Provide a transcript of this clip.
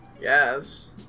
Yes